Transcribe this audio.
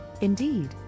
Indeed